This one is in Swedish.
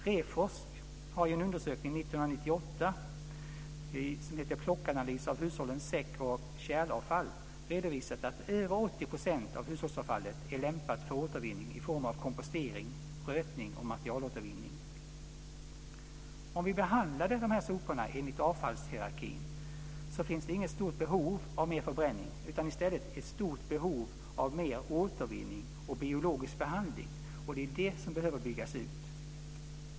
Reforsk har i en undersökning 1998, som heter Plockanalys av hushållens säck och kärlavfall, redovisat att över 80 % av hushållsavfallet är lämpat för återvinning i form av kompostering, rötning och materialåtervinning. Om vi behandlade soporna enligt avfallshierarkin skulle det inte finnas något stort behov av mer förbränning utan i stället ett stort behov av mer återvinning och biologisk behandling, och det är detta som behöver byggas ut.